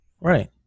Right